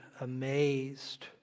amazed